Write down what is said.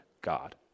God